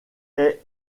est